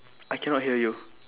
I cannot hear you